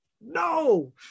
no